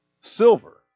silver